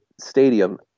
stadium